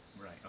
Right